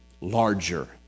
larger